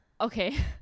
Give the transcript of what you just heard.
okay